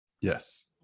Yes